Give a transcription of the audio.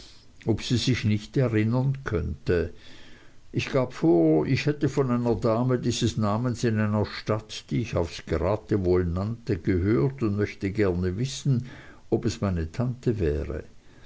ob sie sich nicht erinnern könnte ich gab vor ich hätte von einer dame dieses namens in einer stadt die ich aufs geratewohl nannte gehört und möchte gerne wissen ob es meine tante wäre